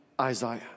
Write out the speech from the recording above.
Isaiah